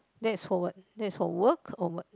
that's for what that is for work or what